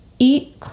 Eat